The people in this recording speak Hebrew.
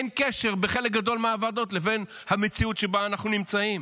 אין קשר בין חלק גדול מהוועדות לבין המציאות שבה אנחנו נמצאים.